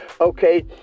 Okay